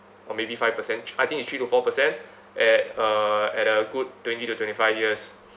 or maybe five percent I think it's three to four percent at uh at a good twenty to twenty five years